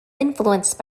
influenced